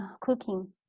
cooking